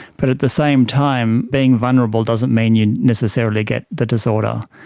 but at the same time being vulnerable doesn't mean you necessarily get the disorder.